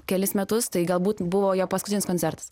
kelis metus tai galbūt buvo jo paskutinis koncertas